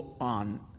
on